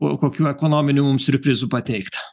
o kokių ekonominių mums siurprizų pateikt